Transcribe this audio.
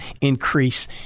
increase